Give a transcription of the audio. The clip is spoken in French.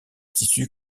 tissu